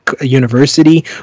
University